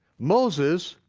moses,